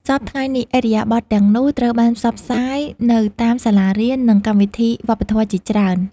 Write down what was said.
សព្វថ្ងៃនេះ ឥរិយាបថទាំងនោះត្រូវបានផ្សព្វផ្សាយនៅតាមសាលារៀន និងកម្មវិធីវប្បធម៌ជាច្រើន។